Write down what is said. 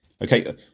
Okay